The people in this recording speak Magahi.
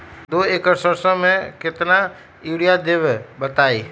दो एकड़ सरसो म केतना यूरिया देब बताई?